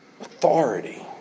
Authority